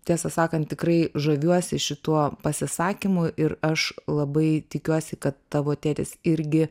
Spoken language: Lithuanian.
tiesą sakant tikrai žaviuosi šituo pasisakymu ir aš labai tikiuosi kad tavo tėtis irgi